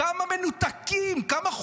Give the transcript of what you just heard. כמה מנותקים.